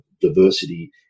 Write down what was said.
diversity